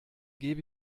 gebe